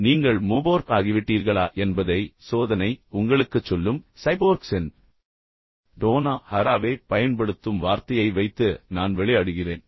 இப்போது நீங்கள் மோபோர்க் ஆகிவிட்டீர்களா என்பதை சோதனை உங்களுக்குச் சொல்லும் சைபோர்க்ஸின் அடிப்படையில் டோனா ஹராவே பயன்படுத்தும் வார்த்தையை வைத்து நான் விளையாடுகிறேன்